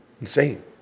insane